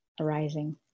arising